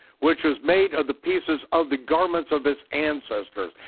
which was made of the pieces of the garments of his ancestors,